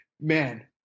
man